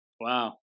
Wow